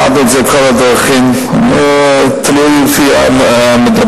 למדנו את זה, כל הדרכים, תלוי לפי המדברים.